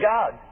God